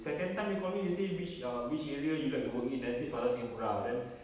second they called me they say which ah which area you'd like to work in then I said plaza singapura then